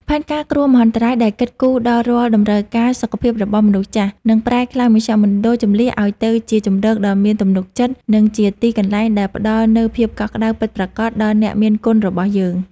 ផែនការគ្រោះមហន្តរាយដែលគិតគូរដល់រាល់តម្រូវការសុខភាពរបស់មនុស្សចាស់ នឹងប្រែក្លាយមជ្ឈមណ្ឌលជម្លៀសឱ្យទៅជាជម្រកដ៏មានទំនុកចិត្ត និងជាទីកន្លែងដែលផ្តល់នូវភាពកក់ក្តៅពិតប្រាកដដល់អ្នកមានគុណរបស់យើង។